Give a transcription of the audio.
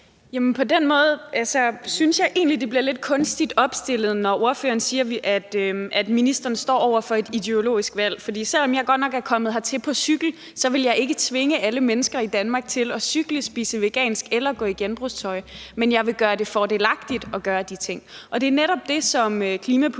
Jamen på den måde synes jeg egentlig, at det bliver lidt kunstigt opstillet, altså når ordføreren siger, at ministeren står over for et ideologisk valg. For selv om jeg godt nok er kommet hertil på cykel, vil jeg ikke tvinge alle mennesker i Danmark til at cykle, spise vegansk eller gå i genbrugstøj, men jeg vil gøre det fordelagtigt at gøre de ting. Det er netop det, som klimapolitikken